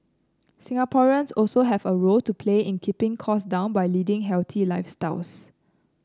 Singaporeans also have a role to play in keeping costs down by leading healthy lifestyles